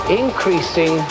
increasing